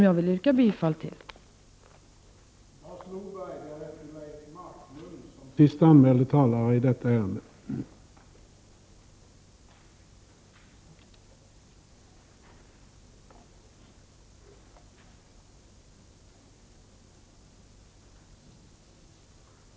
Jag yrkar bifall till reservationen.